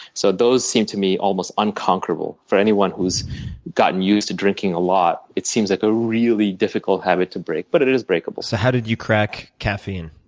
so those seemed, to me, almost unconquerable. for anyone who's gotten used to drinking a lot, it seems like a really difficult habit to break but it it is breakable. so how did you crack caffeine,